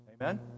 Amen